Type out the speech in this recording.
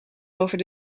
over